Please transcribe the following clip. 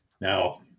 Now